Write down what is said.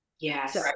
yes